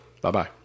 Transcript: Bye-bye